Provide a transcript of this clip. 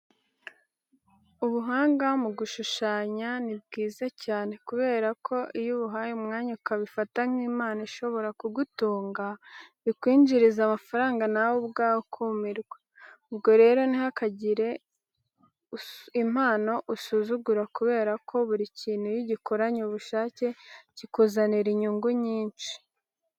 Ubuhanga mu gushushanya ni bwiza cyane kubera ko iyo ubuhaye umwanya, ukabifata nk'impano ishobora kugutunga, bikwinjiriza amafaranga nawe ubwawe ukumirwa. Ubwo rero ntihakagire impano usuzugura kubera ko buri kintu iyo ugikoranye ubushake kikuzanira inyungu nyinshi.